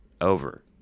over